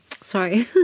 Sorry